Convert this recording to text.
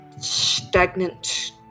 stagnant